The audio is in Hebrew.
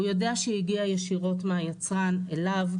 הוא יודע שהיא הגיעה ישירות מהיצרן אליו,